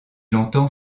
longtemps